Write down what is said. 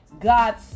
god's